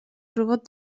robot